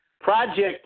project